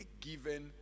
given